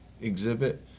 exhibit